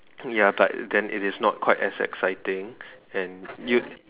ya but then it is not quite as exciting and you